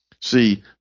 See